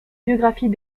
biographies